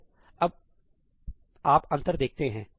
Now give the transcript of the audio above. तो अब आप अंतर देखते हैं